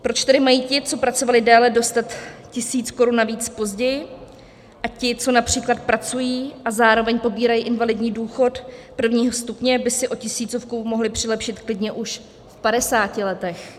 Proč tedy mají ti, co pracovali déle, dostat tisíc korun navíc později a ti, co např. pracují a zároveň pobírají invalidní důchod prvního stupně, by si o tisícovku mohli přilepšit klidně už v 50 letech?